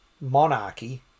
monarchy